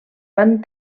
van